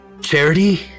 Charity